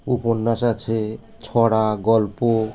উপন্যাস আছে ছড়া গল্প